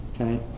Okay